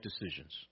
decisions